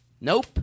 nope